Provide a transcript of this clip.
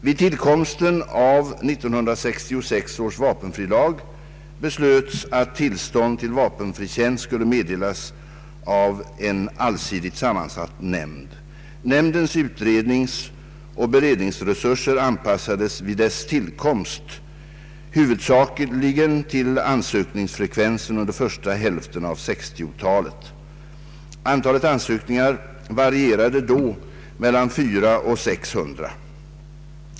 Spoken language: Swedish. Vid tillkomsten av 1966 års vapenfrilag beslöts att tillstånd till vapenfri tjänst skulle meddelas av en allsidigt sammansatt nämnd. Nämndens utredningsoch beredningsresurser anpassades vid dess tillkomst huvudsakligen till ansökningsfrekvensen under första hälften av 1960-talet. Antalet ansökningar varierade då mellan ca 400 och ca 600.